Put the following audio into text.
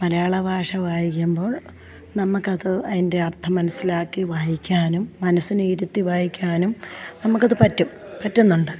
മലയാളഭാഷ വായിക്കുമ്പോൾ നമുക്കത് അതിന്റെ അർത്ഥം മനസ്സിലാക്കി വായിക്കാനും മനസ്സിനെ ഇരുത്തി വായിക്കാനും നമുക്കത് പറ്റും പറ്റുന്നുണ്ട്